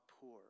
poor